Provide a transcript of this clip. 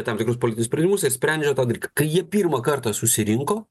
tam tikrus politinius sprendimus ir sprendžia ka daryt kai jie pirmą kartą susirinko